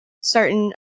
certain